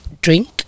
drink